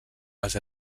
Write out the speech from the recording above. els